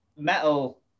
Metal